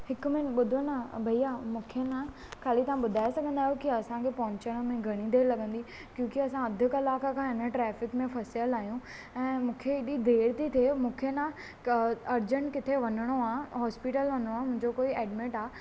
हिकु मिनट ॿुधो न भैया मूंखे न ख़ाली तव्हां ॿुधाए सघंदा आहियो असांखे पहुचण में घणी देर लॻंदी क्योकि असां अधु कलाक खां हिन ट्रैफ़िक में फसियल आहियूं ऐं मूंखे हेॾी देर थी थिए मूंखे न अर्जेंट किथे वञिणो आहे हॉस्पिटल वञिणो आहे मुंहिंजो कोई एडमिट आहे